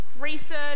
research